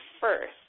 first